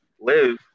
live